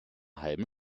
halben